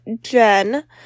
Jen